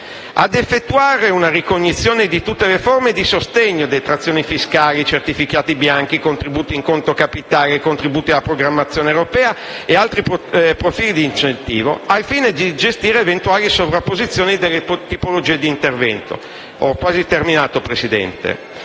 ad effettuare una ricognizione di tutte le forme di sostegno (detrazioni fiscali, certificati bianchi, contributi in conto capitale, contributi della programmazione europea e altri profili di incentivo), al fine di gestire eventuali sovrapposizioni delle tipologie di intervento. Ho quasi terminato, signora